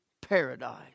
paradise